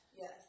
Yes